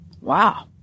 Wow